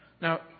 Now